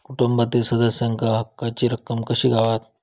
कुटुंबातील सदस्यांका हक्काची रक्कम कशी गावात?